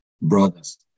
brothers